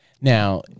Now